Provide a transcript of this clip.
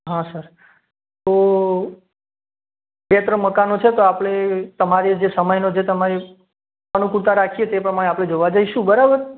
હા સર તો અ બે ત્રણ મકાનો છે તો આપણે તમારે જે સમયનો જે તમે અનૂકુળતા રાખીએ તે પ્રમાણે આપણે જોવા જઈશું બરાબર